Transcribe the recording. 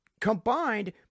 combined